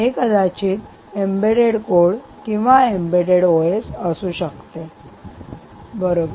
हे कदाचित embedded code किंवा एम्बेड्डेड ओएस असू शकते बरोबर